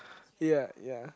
ya ya